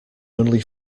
only